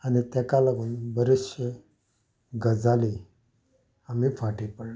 आनी ताका लागून बऱ्योतशो गजालींक आमी फाटीं पडले